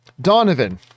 Donovan